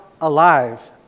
alive